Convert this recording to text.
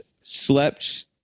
slept